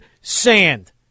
sand